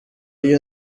y’iyi